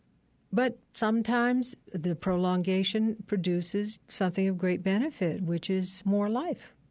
but sometimes the prolongation produces something of great benefit, which is more life.